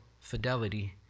fidelity